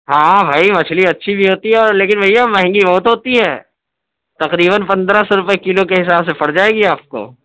ہاں بھائی مچھلی اچھی بھی ہوتی ہے اور لیکن بھیّا مہنگی بہت ہوتی ہے تقریباً پندرہ سو روپیے کلو کے حساب سے پڑ جائے گی آپ کو